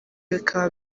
bikaba